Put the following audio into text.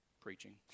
preaching